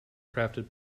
crafted